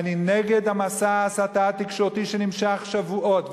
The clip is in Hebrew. אני נגד מסע ההסתה התקשורתי שנמשך שבועות.